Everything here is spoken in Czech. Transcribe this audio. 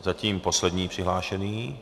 Zatím poslední přihlášený.